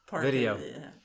video